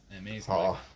amazing